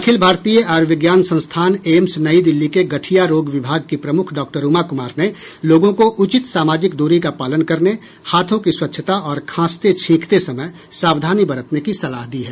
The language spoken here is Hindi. अखिल भारतीय आयुर्विज्ञान संस्थान एम्स नई दिल्ली के गठिया रोग विभाग की प्रमुख डॉ उमा कुमार ने लोगों को उचित सामाजिक दूरी का पालन करने हाथों की स्वच्छता और खांसते छींकते समय सावधानी बरतने की सलाह दी है